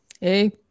Hey